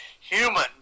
human